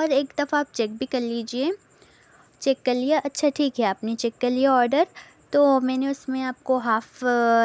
اور ایک دفعہ آپ چیک بھی کر لیجئے چیک کر لیا اچھا ٹھیک ہے آپ نے چیک کر لیا آڈر تو میں نے اس میں آپ کو ہاف